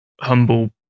humble